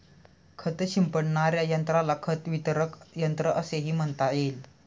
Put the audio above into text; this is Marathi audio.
खत शिंपडणाऱ्या यंत्राला खत वितरक यंत्र असेही म्हणता येईल